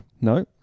No